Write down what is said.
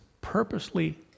purposely